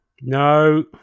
No